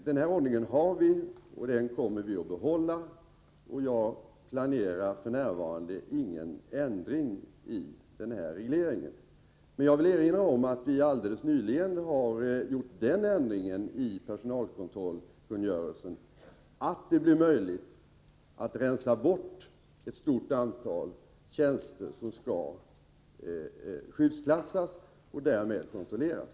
Den här ordningen har vi, och den kommer vi att behålla. Jag planerar f. n. ingen ändring av den regleringen. Men jag vill erinra om att vi alldeles nyligen har gjort den ändringen i personalkontrollkungörelsen att det blir möjligt att rensa bort ett stort antal av de tjänster som nu skyddsklassas och därmed kontrolleras.